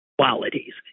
qualities